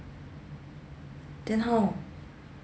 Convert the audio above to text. then how